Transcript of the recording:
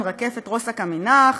רקפת רוסק עמינח,